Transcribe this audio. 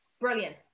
brilliant